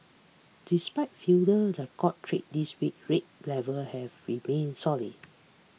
despite fewer trades this week rate level have remained solid